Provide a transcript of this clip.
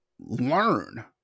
learn